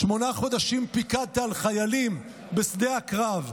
שמונה חודשים פיקדת על חיילים בשדה הקרב,